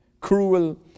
cruel